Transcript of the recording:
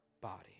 body